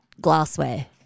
glassware